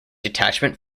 detachment